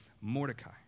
Mordecai